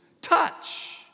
Touch